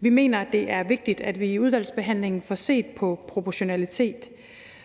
vi mener, at det er vigtigt, at vi i udvalgsbehandlingen får set på proportionalitet.